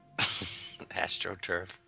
AstroTurf